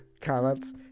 comments